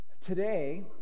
Today